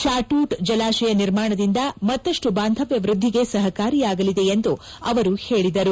ಶಾಟೂಟ್ ಜಲಾಶಯ ನಿರ್ಮಾಣದಿಂದ ಮತ್ತಪ್ಟು ಬಾಂಧವ್ಯ ವೃದ್ಧಿಗೆ ಸಹಕಾರಿಯಾಗಲಿದೆ ಎಂದು ಅವರು ಹೇಳಿದರು